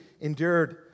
endured